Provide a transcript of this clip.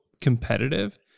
competitive